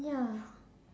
ya